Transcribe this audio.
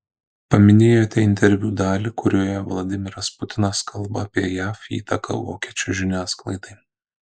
paminėjote interviu dalį kurioje vladimiras putinas kalba apie jav įtaką vokiečių žiniasklaidai